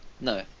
No